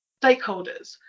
stakeholders